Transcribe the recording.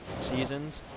seasons